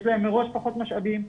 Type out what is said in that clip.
יש להם מראש פחות משאבים,